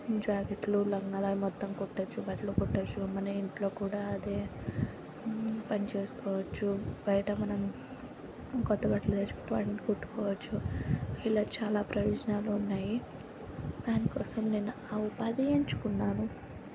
జాకెట్లు లంగాలు అవి మొత్తం కుట్టచ్చు బట్టలు కుట్టచ్చు మన ఇంట్లో కూడా అదే పనిచేసుకోవచ్చు బయట మనం కొత్త బట్టలు తెచ్చుకుంటే వాటిని కుట్టుకోవచ్చు ఇలా చాలా ప్రయోజనాలు ఉన్నాయి దానికోసం నేను ఆ ఉపాధి ఎంచుకున్నాను